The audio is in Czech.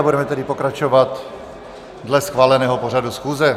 Budeme tedy pokračovat dle schváleného pořadu schůze.